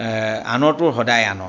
আনৰটো সদায় আনৰ